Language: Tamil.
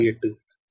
68Ω சரி